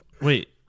Wait